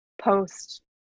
post